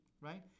right